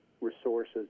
resources